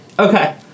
Okay